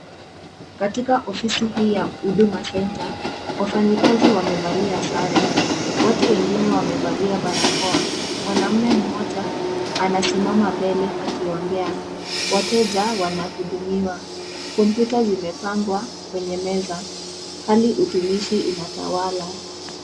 Katika ofisi hii ya Huduma center wafanyikazi wamevalia sare. Watu wengine wamevalia barakoa. Mwanaume mmoja anasimama mbele akiongea. Wateja wanahudumiwa. computer zimepangwa kwenye meza hali utumishi inatawala.